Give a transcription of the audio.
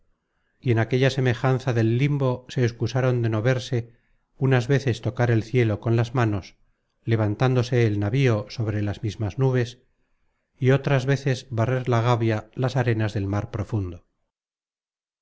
y en aquella semejanza del limbo se excusaron de no verse unas veces tocar el cielo con las manos levantándose el navío sobre las mismas nubes y otras veces barrer la gavia las arenas del mar profundo